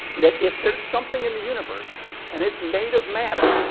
that if there's something in the universe and it's made of matter,